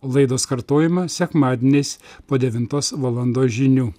laidos kartojama sekmadieniais po devintos valandos žinių